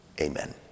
Amen